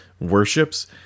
worships